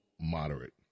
moderate